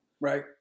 Right